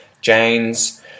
Jane's